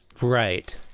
Right